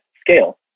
scale